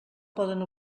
poden